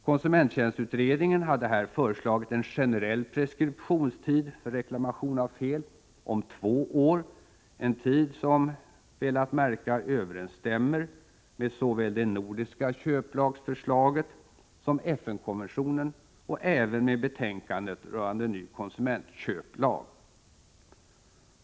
Konsumenttjänstutredningen hade här föreslagit en generell preskriptionstid för reklamation av fel om två år, en tid som — väl att märka — överensstämmer med såväl det nordiska köplagsförslaget som FN-konventionen och som överensstämmer även med betänkandet rörande ny konsumentköplag.